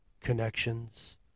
connections